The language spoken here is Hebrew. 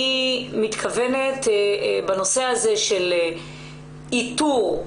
אני מתכוונת בנושא הזה של איתור,